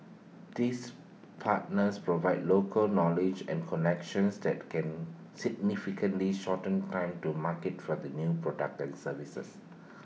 these partners provide local knowledge and connections that can significantly shorten time to market for the new products and services